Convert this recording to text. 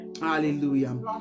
Hallelujah